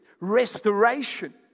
restoration